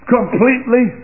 Completely